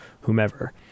whomever